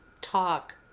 talk